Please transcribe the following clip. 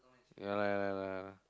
ya lah ya lah ya lah